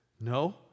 no